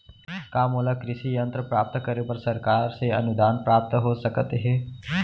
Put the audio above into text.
का मोला कृषि यंत्र प्राप्त करे बर सरकार से अनुदान प्राप्त हो सकत हे?